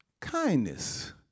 kindness